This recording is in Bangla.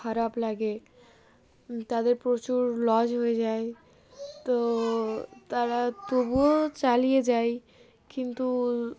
খারাপ লাগে তাদের প্রচুর লস হয়ে যায় তো তারা তবুও চালিয়ে যায় কিন্তু